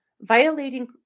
violating